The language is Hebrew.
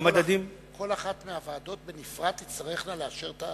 המדדים, כל אחת מהוועדות בנפרד תצטרך לאשר את,